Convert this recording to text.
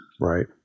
Right